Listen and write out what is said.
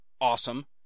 awesome